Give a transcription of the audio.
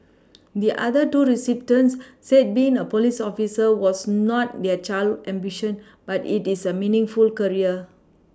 the other two recipients said being a police officer was not their childhood ambition but it is a meaningful career